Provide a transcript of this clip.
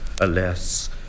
alas